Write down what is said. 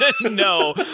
No